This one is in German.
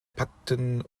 patten